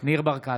ניר ברקת,